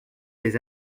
lès